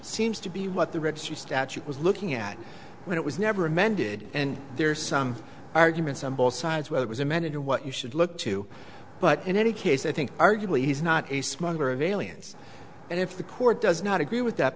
seems to be what the registry statute was looking at when it was never amended and there are some arguments on both sides where it was amended or what you should look to but in any case i think arguably he's not a smuggler of aliens and if the court does not agree with that